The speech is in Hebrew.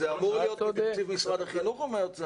זה אמור להיות מתקציב משרד החינוך או מהאוצר?